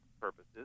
purposes